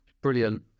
Brilliant